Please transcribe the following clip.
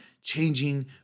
changing